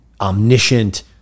omniscient